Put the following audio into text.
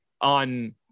on